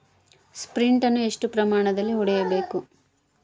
Sprint ಅನ್ನು ಎಷ್ಟು ಪ್ರಮಾಣದಲ್ಲಿ ಹೊಡೆಯಬೇಕು?